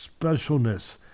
specialness